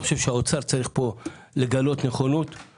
אני חושב שהאוצר צריך לגלות נכונות לנושא.